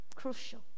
crucial